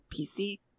PC